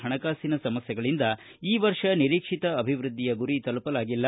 ಹಣಕಾಸಿನ ಸಮಸ್ಯೆಗಳಿಂದ ಈ ವರ್ಷ ನಿರೀಕ್ಷಿತ ಅಭಿವೃದ್ಧಿಯ ಗುರಿ ತಲುಪಲಾಗಿಲ್ಲ